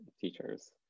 teachers